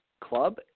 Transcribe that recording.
club